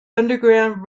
underground